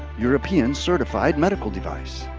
european certified medical device.